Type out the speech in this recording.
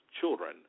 Children